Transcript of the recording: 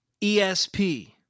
ESP